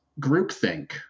groupthink